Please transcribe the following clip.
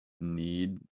need